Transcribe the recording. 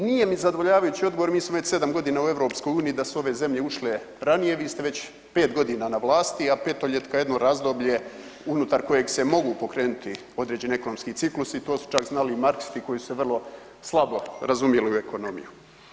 Nije mi zadovoljavajući odgovor, mi smo već 7.g. u EU da su ove zemlje ušle ranije, vi ste već 5.g. na vlasti, a petoljetka je jedno razdoblje unutar kojeg se mogu pokrenuti određeni ekonomski ciklusi, to su čak znali i Marksisti koji su se vrlo slabo razumjeli u ekonomiju.